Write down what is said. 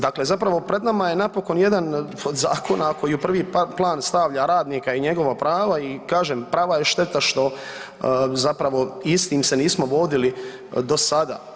Dakle, zapravo pred nama je napokon jedan od zakona koji u prvi plan stavlja radnika i njegova prava i kažem prava je šteta što zapravo istim se nismo vodili do sada.